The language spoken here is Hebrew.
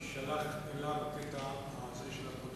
שיישלח אליו הקטע הזה של הפרוטוקול.